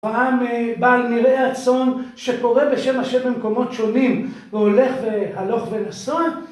פעם בעל מרעה הצאן שקורא בשם ה' במקומות שונים והולך והלוך ונסועא